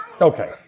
Okay